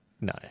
No